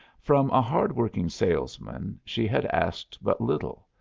from a hard-working salesman she had asked but little,